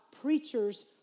preachers